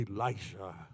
Elisha